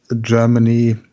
Germany